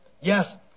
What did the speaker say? Yes